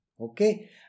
Okay